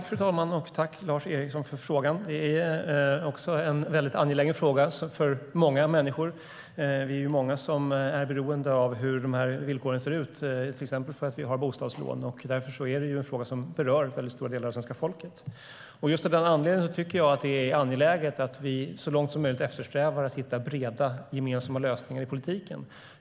Fru talman! Tack, Lars Eriksson, för frågan! Det här är en väldigt angelägen fråga för många människor. Vi är många som är beroende av hur villkoren ser ut, till exempel för att vi har bostadslån, och därför är det en fråga som berör väldigt stora delar av svenska folket. Just av den anledningen tycker jag att det är angeläget att vi så långt som möjligt eftersträvar breda, gemensamma lösningar i politiken.